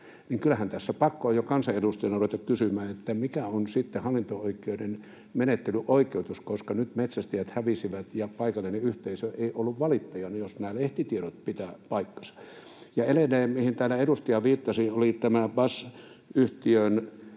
kyllähän tässä pakko on jo kansanedustajana ruveta kysymään, mikä on sitten hallinto-oikeuden menettelyn oikeutus, koska nyt metsästäjät hävisivät ja paikallinen yhteisö ei ollut valittajana, jos nämä lehtitiedot pitävät paikkansa. Ja edelleen, mihin täällä edustaja viittasi, eli tämä BASF-yhtiön